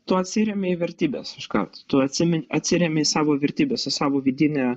tu atsiremi į vertybes iškart tu atsimeni atsiremi į savo vertybes į savo vidinę